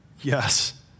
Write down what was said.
yes